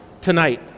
tonight